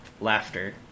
Laughter